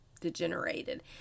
degenerated